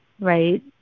right